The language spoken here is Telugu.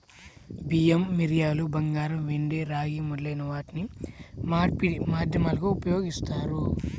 బియ్యం, మిరియాలు, బంగారం, వెండి, రాగి మొదలైన వాటిని మార్పిడి మాధ్యమాలుగా ఉపయోగిస్తారు